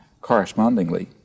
correspondingly